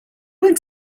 went